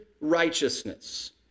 righteousness